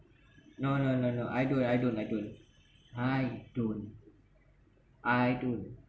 no no no no I don't I don't I don't I don't I don't